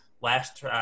last